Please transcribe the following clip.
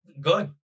Good